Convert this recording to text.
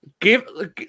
Give